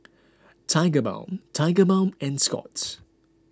Tigerbalm Tigerbalm and Scott's